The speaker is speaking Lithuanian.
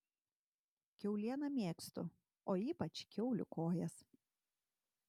kiaulieną mėgstu o ypač kiaulių kojas